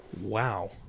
Wow